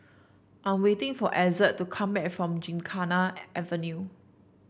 I'm waiting for Ezzard to come back from Gymkhana Avenue